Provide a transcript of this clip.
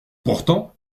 pourtant